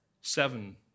Seven